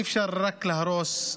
אי-אפשר רק להרוס,